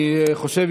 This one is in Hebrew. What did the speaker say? אני חושב,